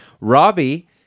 Robbie